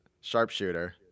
sharpshooter